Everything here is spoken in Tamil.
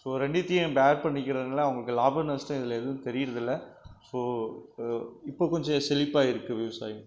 ஸோ ரெண்டுத்தியும் பேர் பண்ணிக்கிறதுனால் அவங்களுக்கு லாபம் நஷ்டம் இதில் எதுவும் தெரியிறதில்லை ஸோ இப்போ கொஞ்சம் செழிப்பாக இருக்குது விவசாயம்